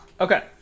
okay